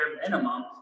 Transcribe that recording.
minimum